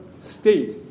state